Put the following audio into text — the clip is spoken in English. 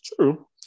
True